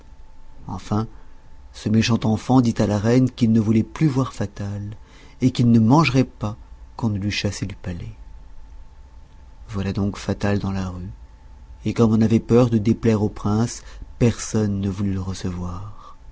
enfin ce méchant enfant dit à la reine qu'il ne voulait plus voir fatal et qu'il ne mangerait pas qu'on ne l'eût chassé du palais voilà donc fatal dans la rue et comme on avait peur de déplaire au prince personne ne voulut le recevoir